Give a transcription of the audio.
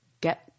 get